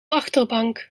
achterbank